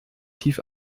tief